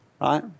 right